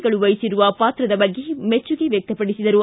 ಗಳು ವಹಿಸಿರುವ ಪಾತ್ರದ ಬಗ್ಗೆ ಮೆಚ್ಚುಗೆ ವ್ಯಕ್ತಪಡಿಸಿದರು